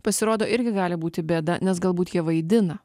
pasirodo irgi gali būti bėda nes galbūt jie vaidina